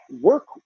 work